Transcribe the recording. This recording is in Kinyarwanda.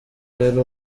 yari